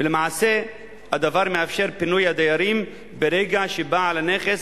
ולמעשה הדבר מאפשר פינוי הדיירים ברגע שבעל הנכס